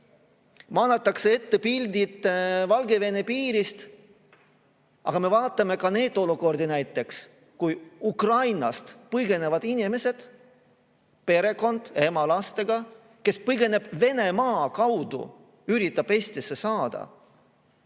Manatakse ette pildid Valgevene piirist. Aga me vaatame ka teisi olukordi. Näiteks kui Ukrainast põgenevad inimesed, perekond, ema lastega, kes põgeneb Venemaa kaudu, üritab Eestisse saada.